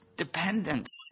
Dependence